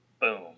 Boom